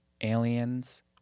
aliens